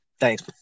Thanks